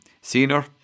Senior